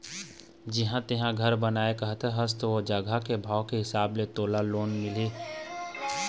जिहाँ तेंहा घर बनाहूँ कहत हस ओ जघा के भाव के हिसाब ले तोला लोन मिलही